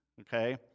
okay